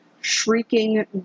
Shrieking